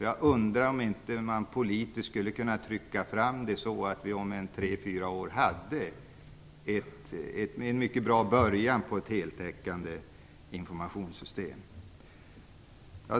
Jag undrar om man inte kan trycka på politiskt, så att det om tre fyra år finns en mycket bra början till ett heltäckande informationssystem.